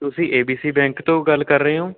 ਤੁਸੀਂ A B C bank ਤੋਂ ਗੱਲ ਕਰ ਰਹੇ ਓਂ